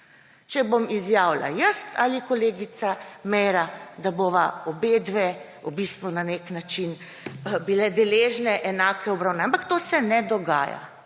Če bom izjavila jaz ali kolegica Meira, da bova obedve v bistvu na nek način bili deležni enake obravnave. Ampak to se ne dogaja.